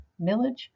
millage